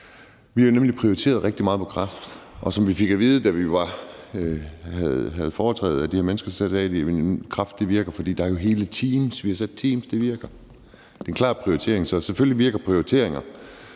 Vi har nemlig prioriteret kræft rigtig højt. Og som vi fik at vide, da vi havde foretræde af de her mennesker: Kræftbehandling virker, fordi der jo er hele teams; vi har set, at teams virker. Det er en klar prioritering, så selvfølgelig virker prioriteringer.